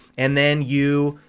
and then you.